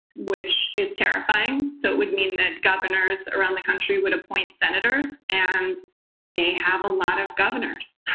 which is terrifying. so it would mean that governors around the country would appoint senators, and they have a lot of governors.